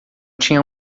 tinha